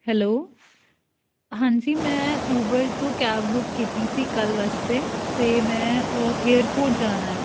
hello ਹਾਂਜੀ ਮੈਂ Uber ਤੋਂ ਕੈਬ ਬੁੱਕ ਕੀਤੀ ਸੀ ਕੱਲ੍ਹ ਵਾਸਤੇ ਅਤੇ ਮੈਂ ਏਅਰਪੋਰਟ ਜਾਣਾ